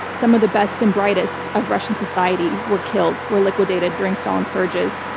some of the best and brightest of russian society were killed, were liquidated, during stalin's purges.